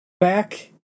Back